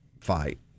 fight